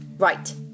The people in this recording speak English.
Right